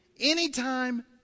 anytime